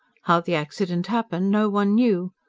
how the accident happened no one knew.